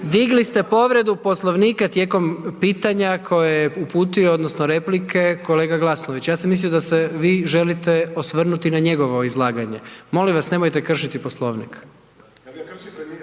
Digli ste povredu Poslovnika tijekom pitanje koje je uputio odnosno replike kolege Glasnovića, ja sam mislio da se vi želite osvrnuti na njegovo izlaganje. Molim vas, nemojte kršiti Poslovnik.